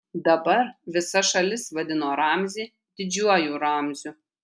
dabar visa šalis vadino ramzį didžiuoju ramziu